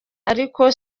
ariko